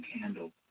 candle